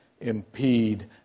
impede